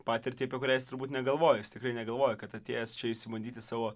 patirtį apie kurią jis turbūt negalvoja jis tikrai negalvoja kad atėjęs čia išsibandyti savo